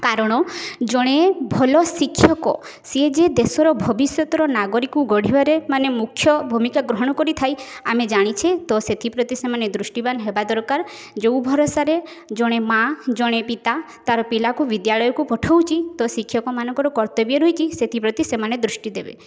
କାରଣ ଜଣେ ଭଲ ଶିକ୍ଷକ ସିଏ ଯେ ଦେଶର ଭବିଷ୍ୟତର ନାଗରିକକୁ ଗଢ଼ିବାରେ ମାନେ ମୁଖ୍ୟ ଭୂମିକା ଗ୍ରହଣ କରିଥାଏ ଆମେ ଜାଣିଛେ ତ ସେଥିପ୍ରତି ସେମାନେ ଦୃଷ୍ଟିବାନ ହେବା ଦରକାର ଯେଉଁ ଭରସାରେ ଜଣେ ମାଆ ଜଣେ ପିତା ତାର ପିଲାକୁ ବିଦ୍ୟାଳୟକୁ ପଠାଉଛି ତ ଶିକ୍ଷକମାନଙ୍କର କର୍ତ୍ତବ୍ୟ ରହିଚି ସେଥିପ୍ରତି ସେମାନେ ଦୃଷ୍ଟି ଦେବେ